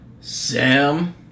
Sam